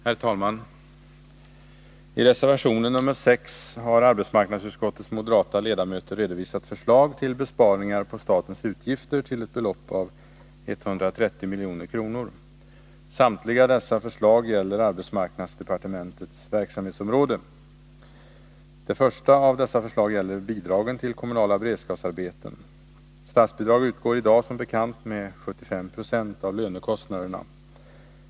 Herr talman! I reservation nr 6 har arbetsmarknadsutskottets moderata ledamöter redovisat förslag till besparingar av statens utgifter till ett belopp av 130 milj.kr. Samtliga dessa förslag gäller arbetsmarknadsdepartementets verksamhetsområde. Det första av dessa förslag gäller bidragen till kommunala beredskapsarbeten. Statsbidrag utgår i dag som bekant med 75 96 av lönekostnaderna.